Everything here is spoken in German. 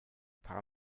paar